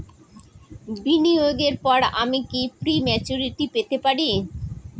বিনিয়োগের পর আমি কি প্রিম্যচুরিটি পেতে পারি?